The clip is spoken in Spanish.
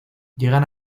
llegan